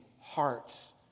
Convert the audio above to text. hearts